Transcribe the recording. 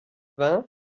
vingt